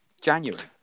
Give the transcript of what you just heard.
january